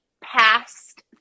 past